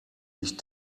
ich